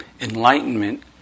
enlightenment